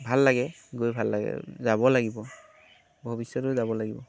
ভাল লাগে গৈ ভাল লাগে যাব লাগিব ভৱিষ্যতেও যাব লাগিব